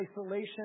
isolation